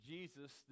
Jesus